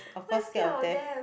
why scared of death